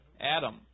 Adam